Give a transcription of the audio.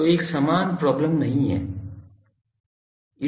तो यह समान प्रॉब्लम नहीं है